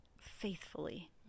faithfully